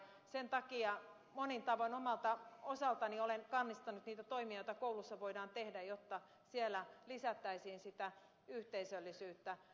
sen takia monin tavoin omalta osaltani olen kannustanut niitä toimia joita koulussa voidaan tehdä jotta siellä lisättäisiin yhteisöllisyyttä